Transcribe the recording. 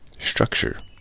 structure